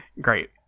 Great